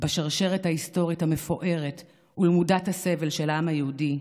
בשרשרת ההיסטורית המפוארת ולמודת הסבל של העם היהודי,